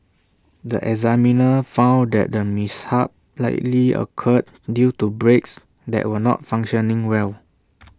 the examiner found that the mishap likely occurred due to brakes that were not functioning well